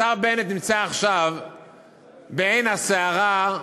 השר בנט נמצא עכשיו בעין הסערה,